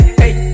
hey